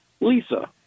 Lisa